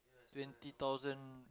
twenty thousand